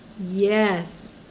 Yes